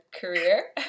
career